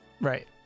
Right